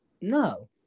No